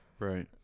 Right